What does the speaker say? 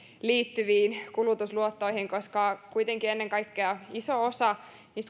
liittyviin kulutusluottoihin koska kuitenkin iso osa